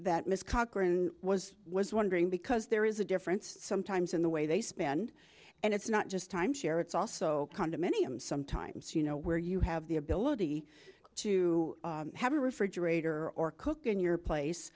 that miss cochran was was wondering because there is a difference sometimes in the way they spend and it's not just timeshare it's also condominium sometimes you know where you have the ability to have a refrigerator or cook in your place